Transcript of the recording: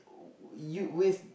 you with